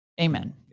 Amen